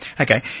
okay